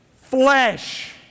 flesh